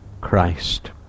Christ